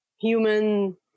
human